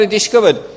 discovered